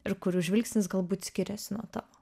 ir kurių žvilgsnis galbūt skiriasi nuo tavo